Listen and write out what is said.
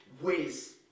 ways